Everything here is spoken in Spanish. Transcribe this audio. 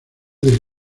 del